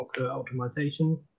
Optimization